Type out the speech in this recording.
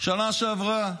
בשנה שעברה,